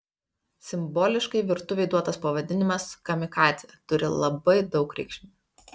simboliškai virtuvei duotas pavadinimas kamikadzė turi labai daug reikšmių